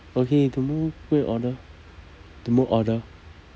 okay tomorrow go and order tomorrow order